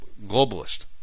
globalist